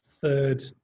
third